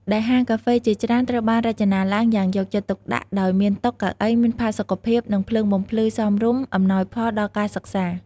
ដែលហាងកាហ្វេជាច្រើនត្រូវបានរចនាឡើងយ៉ាងយកចិត្តទុកដាក់ ដោយមានតុ កៅអីមានផាសុកភាព និងភ្លើងបំភ្លឺសមល្មមអំណោយផលដល់ការសិក្សា។